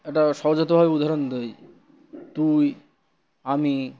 একটা সহজতভাবে উদাহরণ দিই তুই আমি